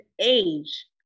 age